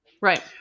right